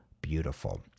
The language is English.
beautiful